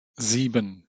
sieben